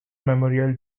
memorial